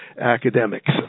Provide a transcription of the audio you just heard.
academics